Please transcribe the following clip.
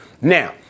Now